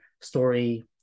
story